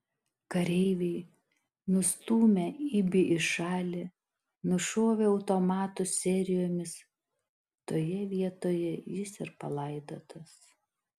kareiviai nustūmę ibį į šalį nušovė automatų serijomis toje vietoje jis ir palaidotas